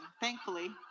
thankfully